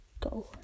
go